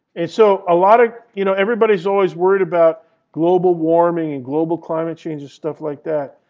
and so a lot of you know everybody's always worried about global warming and global climate change and stuff like that.